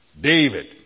David